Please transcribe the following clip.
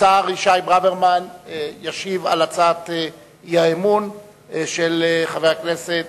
השר אבישי ברוורמן ישיב על הצעת האי-אמון של חבר הכנסת